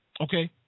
okay